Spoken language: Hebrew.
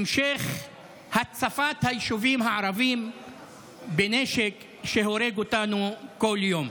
המשך הצפת היישובים הערביים בנשק שהורג אותנו בכל יום.